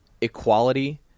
equality